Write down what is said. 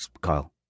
Kyle